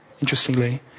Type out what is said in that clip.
interestingly